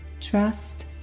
Trust